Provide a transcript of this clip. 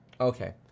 Okay